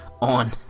on